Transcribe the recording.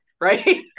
Right